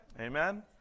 Amen